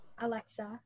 alexa